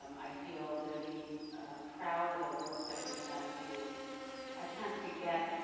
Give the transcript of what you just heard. um i feel really proud of the work that we've done to attempt to get.